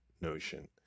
notion